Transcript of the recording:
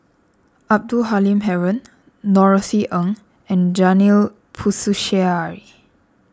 Abdul Halim Haron Norothy Ng and Janil Puthucheary